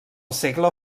segle